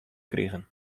krigen